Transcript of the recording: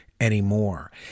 anymore